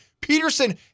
Peterson